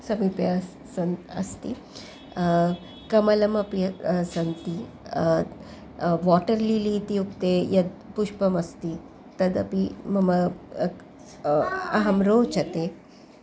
समीपे अस् सन् अस्ति कमलमपि सन्ति वाटर् लीलि इत्युक्ते यत् पुष्पमस्ति तदपि मम अक् अहं रोचते